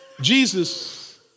Jesus